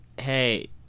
hey